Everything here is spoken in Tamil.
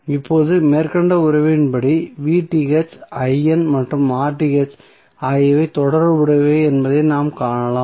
இப்போது மேற்கண்ட உறவின் படி மற்றும் ஆகியவை தொடர்புடையவை என்பதை நாம் காணலாம்